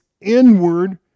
inward